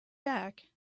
back